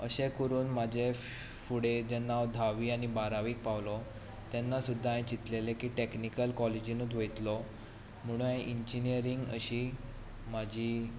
अशें करून म्हजे फुडें जेन्ना हांव धावी आनी बारावेक पावलो तेन्ना सुद्दां हांवें चिंतिल्लें की टॅक्नीकल कॉलेजींतूच वयतलों म्हणून हांवें इंजिनियरींग अशी म्हजी